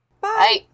Bye